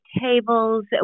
tables